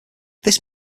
this